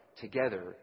together